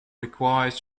required